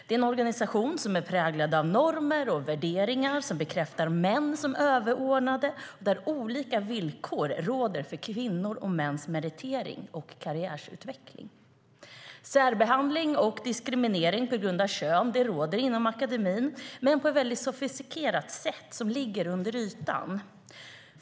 Det är en organisation som är präglad av normer och värderingar som bekräftar män som överordnade och där olika villkor råder för kvinnors och mäns meritering och karriärutveckling. Särbehandling och diskriminering på grund av kön råder inom akademin men på ett väldigt sofistikerat sätt som ligger under ytan.